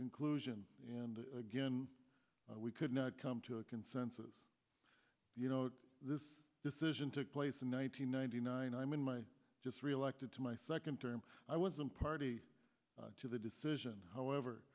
conclusion and again we could not come to a consensus you know this decision took place in one nine hundred ninety nine i mean my just reelected to my second term i wasn't party to the decision however